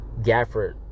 gafford